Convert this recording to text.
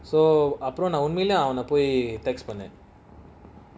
so அப்புறம்நன்உண்மையிலேயேஅவனைபொய்பண்ணேன்:apuram nan unmaylaye avana poi pannen